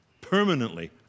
permanently